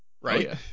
right